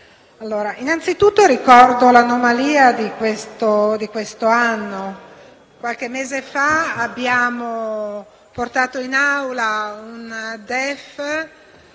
innanzitutto ricordo l'anomalia di quest'anno. Qualche mese fa abbiamo portato in Assemblea un DEF